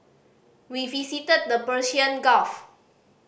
we visited the Persian Gulf